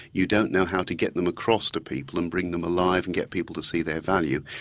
you don't know how to get them across to people and bring them alive and get people to see their value,